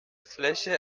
fläche